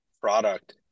product